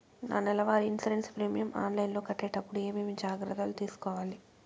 నా నెల వారి ఇన్సూరెన్సు ప్రీమియం ఆన్లైన్లో కట్టేటప్పుడు ఏమేమి జాగ్రత్త లు తీసుకోవాలి?